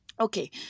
okay